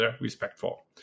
respectful